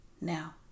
now